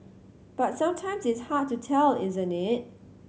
but sometimes it's hard to tell isn't it